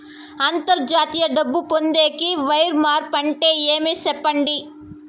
అంతర్జాతీయ డబ్బు పొందేకి, వైర్ మార్పు అంటే ఏమి? సెప్పండి?